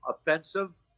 offensive